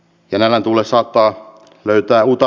elämän tule saattaa löytää muuta